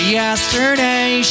yesterday